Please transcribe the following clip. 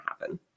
happen